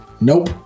Nope